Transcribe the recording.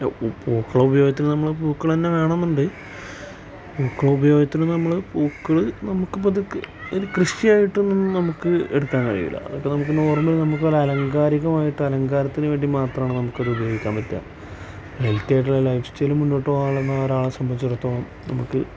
പൂക്കൾ ഉപയോഗത്തിന് നമ്മൾ പൂക്കൾ തന്നെ വേണം എന്നുണ്ട് പൂക്കൾ ഉപയോഗത്തിന് നമ്മൾ പൂക്കൾ നമുക്ക് ഇപ്പോൾ ഇതൊക്കെ എനി കൃഷിയായിട്ടൊന്നും നമുക്ക് എടുക്കാൻ കഴിയില്ല അതൊക്കെ നമുക്ക് നോർമൽ നമുക്ക് ഒരു ആലങ്കാരികമായിട്ട് അലങ്കാരത്തിന് വേണ്ടി മാത്രമാണ് നമുക്ക് അത് ഉപയോഗിക്കാൻ പറ്റുക ഹെൽത്തി ആയിട്ടുള്ള ലൈഫ് സ്റ്റൈൽ മുന്നോട്ടു പോകാനുള്ള ഒരാളെ സംബന്ധിച്ചെടുത്തോളം നമുക്ക്